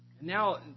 Now